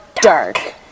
Dark